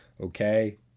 okay